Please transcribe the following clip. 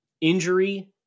injury